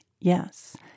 yes